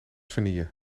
vanille